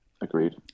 Agreed